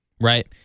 right